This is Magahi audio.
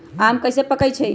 आम कईसे पकईछी?